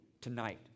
tonight